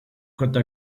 côte